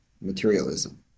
materialism